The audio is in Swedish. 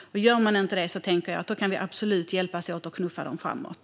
Gör man inte det tänker jag att vi absolut kan hjälpas åt att knuffa dem framåt.